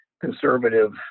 conservative